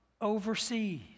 overseas